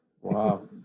Wow